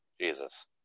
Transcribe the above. Jesus